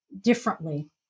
differently